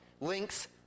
links